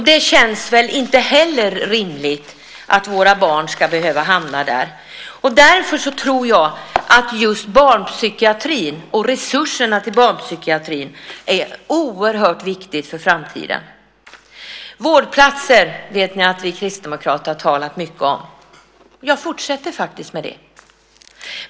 Det är väl inte rimligt att våra barn ska behöva hamna där? Därför är barnpsykiatrin och resurserna till den oerhört viktiga för framtiden. Vårdplatser har vi kristdemokrater talat mycket om. Jag fortsätter att göra det.